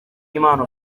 impano